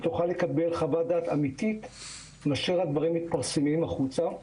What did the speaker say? לעומת מצב שבו הדברים מתפרסמים החוצה.